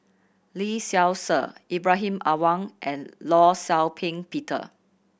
Lee Seow Ser Ibrahim Awang and Law Shau Ping Peter